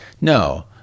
No